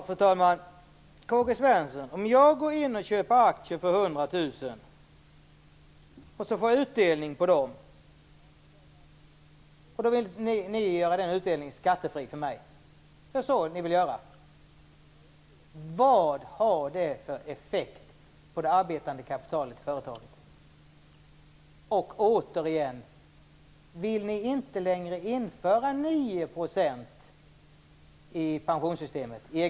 Fru talman! Karl-Gösta Svenson, säg att jag köper aktier för 100 000 kr och får utdelning på de aktierna. Då vill ni göra utdelningen skattefri för mig. Men vad har det för effekt på det arbetande kapitalet i företaget? Återigen: Vill ni inte längre införa de 9 procenten i egenavgift i pensionssystemet?